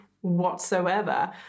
whatsoever